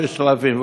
6,000,